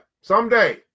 someday